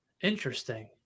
Interesting